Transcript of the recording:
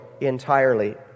entirely